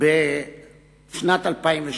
בשנת 2008,